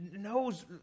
knows